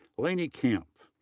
lainie kamp.